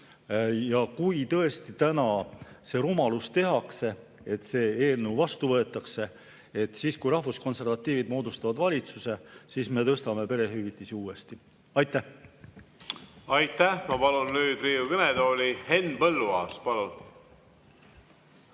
et kui tõesti täna see rumalus tehakse ja see eelnõu vastu võetakse, siis niipea, kui rahvuskonservatiivid moodustavad valitsuse, me tõstame perehüvitisi uuesti. Aitäh! Aitäh! Ma palun nüüd Riigikogu kõnetooli Henn Põlluaasa. Palun!